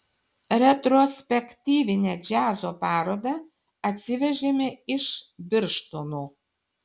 retrospektyvinę džiazo parodą atsivežėme iš birštono